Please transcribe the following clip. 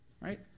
right